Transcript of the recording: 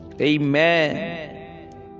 amen